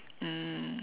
mm